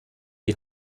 die